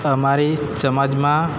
અમારી સમાજમાં